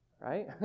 right